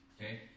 okay